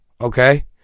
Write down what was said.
okay